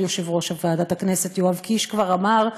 יושב-ראש ועדת הכנסת יואב קיש כבר אמר: